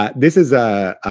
ah this is a